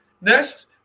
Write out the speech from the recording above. Next